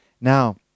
Now